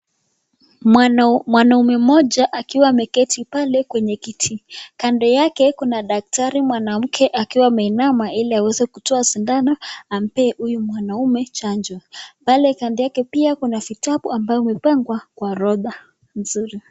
Mwanaume mmoja akiwa ameketi pale kwenye kiti, kando yake kuna daktari mwanamke ambaye ameinama ili aweze kutoa sindano, amempee huyu mwanaume chanjo, pale kando yake pia kuna vitabu ambayo vimepangwa kwa orodha nzuri.